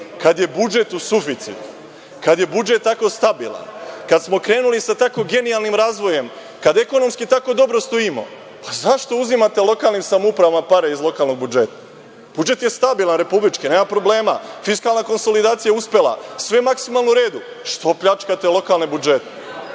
kad je budžet u suficitu, kad je budžet tako stabilan, kad smo krenuli sa tako genijalnim razvojem, kada ekonomski tako dobro stojimo, zašto uzimate lokalnim samoupravama pare iz lokalnog budžeta? Republički budžet je stabilan, nema problema, fiskalna konsolidacija je uspela, sve je maksimalno u redu, pa što pljačkate lokalne budžete? Dakle,